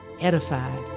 edified